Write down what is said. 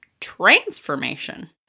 transformation